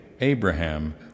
Abraham